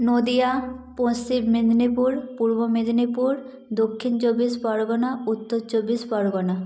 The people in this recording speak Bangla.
নদীয়া পশ্চিম মেদিনীপুর পূর্ব মেদিনীপুর দক্ষিণ চব্বিশ পরগনা উত্তর চব্বিশ পরগনা